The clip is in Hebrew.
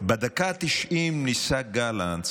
בדקה ה-90 ניסה גלנט,